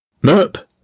Merp